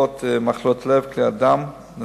מחלות לב וכלי דם בכלל הפטירות,